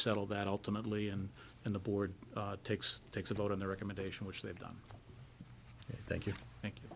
settle that ultimately and in the board takes takes a vote on the recommendation which they've done thank you thank you